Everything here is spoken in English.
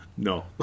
No